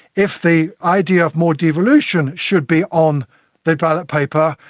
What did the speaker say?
if the idea of more devolution should be on the ballot paper,